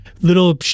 little